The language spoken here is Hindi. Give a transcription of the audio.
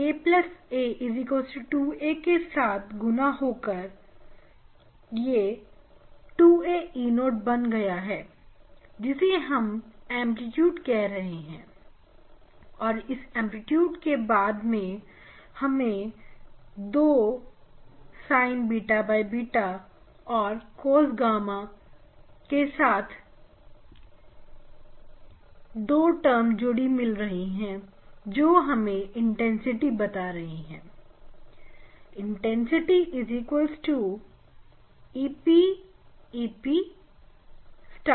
यह aa2a के साथ गुना होकर 2a E0 बन गया है जिसे हम एंप्लीट्यूड कह रहे हैं और इस एंप्लीट्यूड को बाद में जब हम इन दो Sinββ and cos gamma के साथ जोड़ देंगे तो हमें इंटेंसिटी मिलेगी